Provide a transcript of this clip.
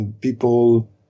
people